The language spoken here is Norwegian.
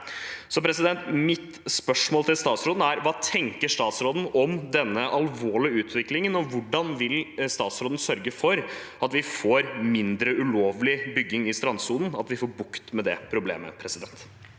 og økende. Mitt spørsmål til statsråden er: Hva tenker statsråden om denne alvorlige utviklingen, og hvordan vil statsråden sørge for at vi får mindre ulovlig bygging i strandsonen, og at vi får bukt med det problemet?